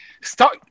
Stop